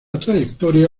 trayectoria